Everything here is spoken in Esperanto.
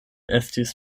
estis